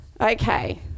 Okay